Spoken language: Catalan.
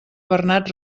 bernat